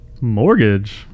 mortgage